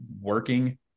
working